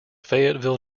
fayetteville